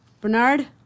Bernard